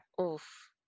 Oof